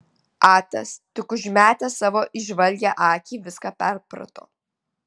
atas tik užmetęs savo įžvalgią akį viską perprato